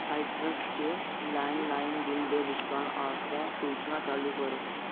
citrus च landline bill दे भुगतान आस्तै सूचनां चालू करो